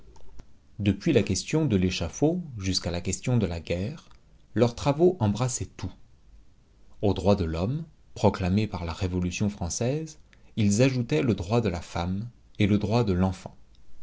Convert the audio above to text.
depuis la question de l'échafaud jusqu'à la question de la guerre leurs travaux embrassaient tout au droit de l'homme proclamé par la révolution française ils ajoutaient le droit de la femme et le droit de l'enfant